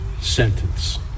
sentence